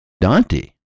Dante